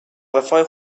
وفای